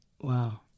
Wow